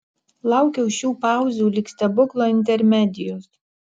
laukiau šių pauzių lyg stebuklo intermedijos